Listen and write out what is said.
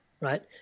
Right